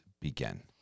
begin